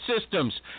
systems